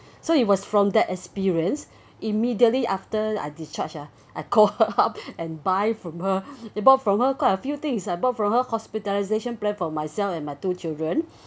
so it was from that experience immediately after I discharge ah I call her up and buy from her and bought from her quite a few things I bought from her hospitalisation plan for myself and my two children